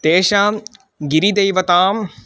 तेषां गिरिदैवतां